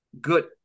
good